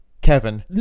Kevin